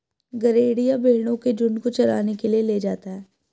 गरेड़िया भेंड़ों के झुण्ड को चराने के लिए ले जाता है